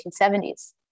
1970s